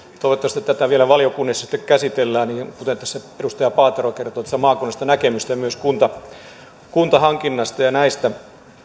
toivottavasti tätä vielä valiokunnissa sitten käsitellään kuten tässä edustaja paatero kertoi että saisi maakunnista näkemystä ja myös kuntahankinnasta ja näistä